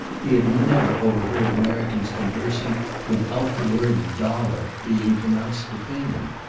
he had never overheard americans conversing without the word dollar being pronounced between them.